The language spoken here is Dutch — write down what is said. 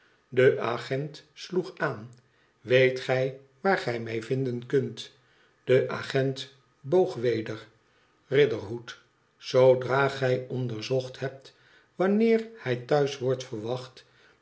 de agent sloeg aan iweetgij waar gij mij vinden kunt de agent boog weder riderhood zoodra gij onderzocht hebt wanneer hij thuis wordt gewacht